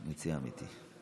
מציע אמיתי,